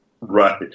right